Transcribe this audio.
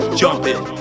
jumping